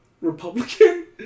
Republican